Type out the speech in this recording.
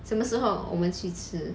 什么时候我们去吃